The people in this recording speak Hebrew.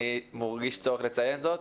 אני מרגיש צורך לציין זאת,